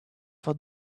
for